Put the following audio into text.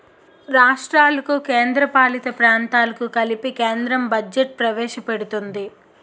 రాష్ట్రాలకు కేంద్రపాలిత ప్రాంతాలకు కలిపి కేంద్రం బడ్జెట్ ప్రవేశపెడుతుంది